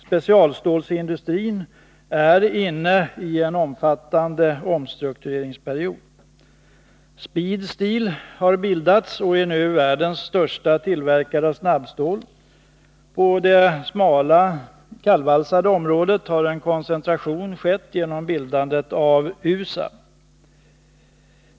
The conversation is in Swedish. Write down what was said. Specialstålsindustrin är inne i en omfattande omstruktureringsperiod. Speed Steel har bildats och är nu världens största tillverkare av snabbstål. På det smala området för kallvalsat stål har en koncentration skett genom bildandet av USAB.